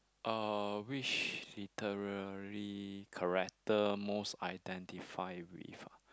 uh which literary character most identify with ah